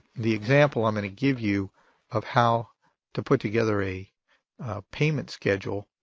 the example i'm going to give you of how to put together a payment schedule